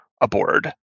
aboard